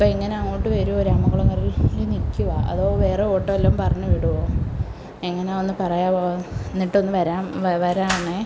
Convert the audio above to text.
ഇപ്പോൾ എങ്ങനെ അങ്ങോട്ട് വരുമോ രാമൻകുളങ്ങരയിൽ നിൽക്കുകയാ അതോ വേറെ ഓട്ടോ വല്ലതും പറഞ്ഞുവിടുമോ എങ്ങനെയാ ഒന്ന് പറയാമോ എന്നിട്ടൊന്ന് വരാം വരണേ